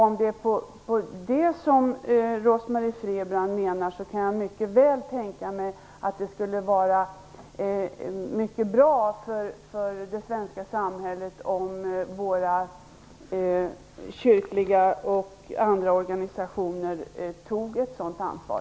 Om det är detta som Rose-Marie Frebran menar kan jag mycket väl tänka mig att det skulle vara bra för det svenska samhället om våra kyrkliga organisationer och andra organisationer tog ett sådant ansvar.